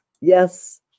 Yes